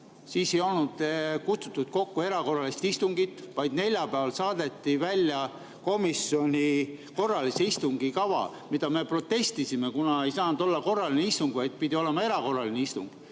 otsus, ei olnud kutsutud kokku erakorralist istungit, vaid neljapäeval saadeti välja komisjoni korralise istungi kava, mille vastu me protestisime, kuna ei saanud olla korraline istung, vaid pidi olema erakorraline istung.